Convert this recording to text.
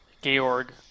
georg